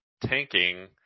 tanking